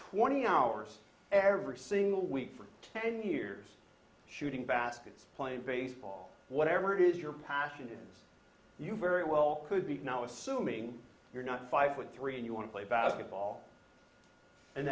twenty hours every single week for ten years shooting baskets playing baseball whatever it is your passion is you very well could be now assuming you're not five with three and you want to play basketball and